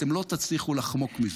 אתם לא תצליחו לחמוק מזה,